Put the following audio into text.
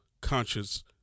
conscious